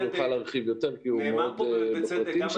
נאמר כאן בצדק,